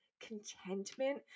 contentment